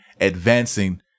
advancing